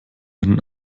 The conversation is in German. einen